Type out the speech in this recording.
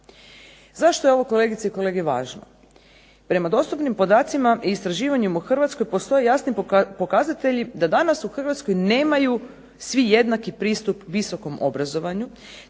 Zašto je ovo kolegice i kolege važno? Prema dostupnim podacima i istraživanjima u Hrvatskoj postoji jasni pokazatelji da danas u Hrvatskoj nemaju svi jednaki pristup visokom obrazovanju